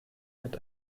hat